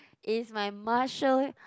is my Marshall